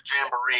Jamboree